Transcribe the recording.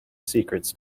secrets